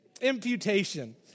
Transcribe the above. Imputation